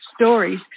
stories